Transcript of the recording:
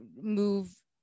move